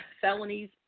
felonies